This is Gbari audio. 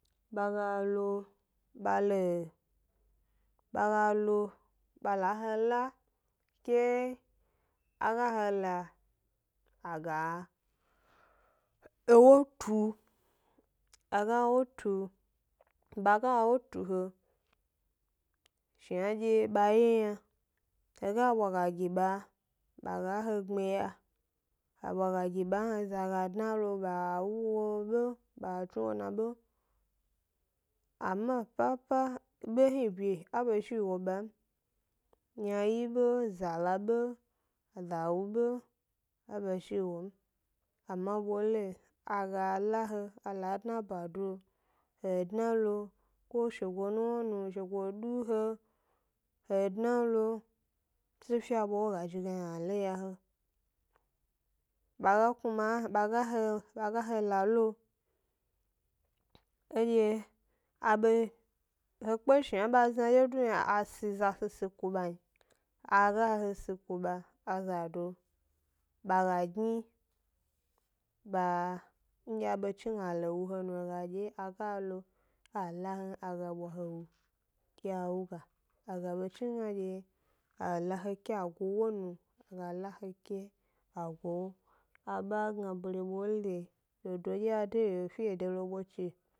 Ba ga lo ba lo, ba lo ba ga lo ba la he la ke a ga he la a ga ewo tu, a ga 'wo tu ba ga wo tu he, shnandye ba ye yna he ga bwa ga gi ba ba ga he gbmiya, a ga bwa ga gi ba m he dna lo ba wu he be ba tsnu 'na na be, ama papa be dye hni bye a be zhi a wo ba m, ynawyi be, za la be, za wu be, a be zhi yi wo m, am bole a ga la he a la dna ba do he dna lo ko shego nuwna nu, shego du he he dna lo se fe dye a bwa wo ga zhi ge yna a lo ya he ba kuma ba ga he ba ga he la lo, edye a be he kpe shna ba zna dye du yna, a si za sisi ku ba n, a ga he si ku ba, azado ba ga gni ba ndye a be chni gna a lo wu he nu he ga la he m ba ga la he m ba ga bwa he wu n, ke ba wuga, a ga be chni gna dye a la he ke a go wo nu, ba ga bwa he la n. Abe a gna bere bole, dodo dye a de yi fede lobo chi.